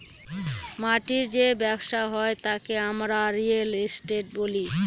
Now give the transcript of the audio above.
মাটির যে ব্যবসা হয় তাকে আমরা রিয়েল এস্টেট বলি